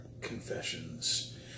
Confessions